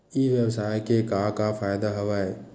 ई व्यवसाय के का का फ़ायदा हवय?